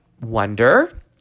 wonder